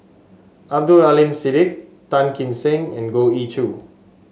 Abdul Aleem Siddique Tan Kim Seng and Goh Ee Choo